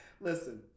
Listen